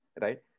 Right